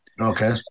Okay